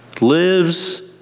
lives